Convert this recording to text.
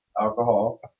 alcohol